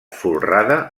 folrada